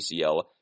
ACL